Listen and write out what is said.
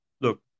Look